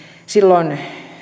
silloin